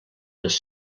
les